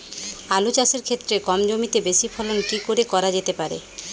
আলু চাষের ক্ষেত্রে কম জমিতে বেশি ফলন কি করে করা যেতে পারে?